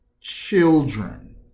children